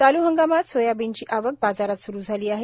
चालू हंगामात सोयाबीनची आवक बाजारात सुरु झाली आहे